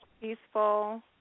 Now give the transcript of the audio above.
Peaceful